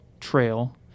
trail